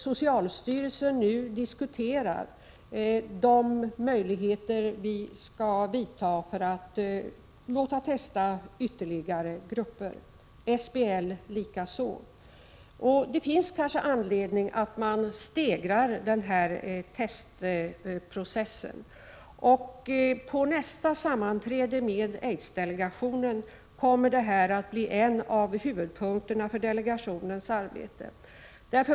Socialstyrelsen diskuterar för närvarande de möjliga åtgärder man kan vidta för att låta testa ytterligare grupper — SBL likaså. Det finns kanske anledning att stegra testverksamheten. På nästa sammanträde med aidsdelegationen kommer detta att bli en av huvudpunkterna för delegationens arbete.